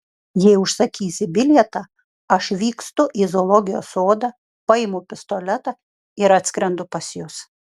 jei užsakysi bilietą aš vykstu į zoologijos sodą paimu pistoletą ir atskrendu pas jus